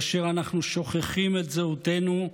כאשר אנחנו שוכחים את זהותנו,